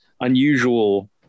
unusual